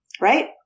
right